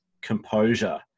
composure